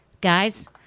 Guys